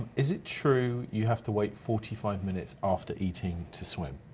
is it true you have to wait forty five minutes after eating to swim?